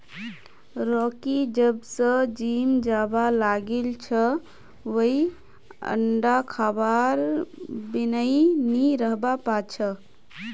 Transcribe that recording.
Rocky जब स gym जाबा लागिल छ वइ अंडा खबार बिनइ नी रहबा पा छै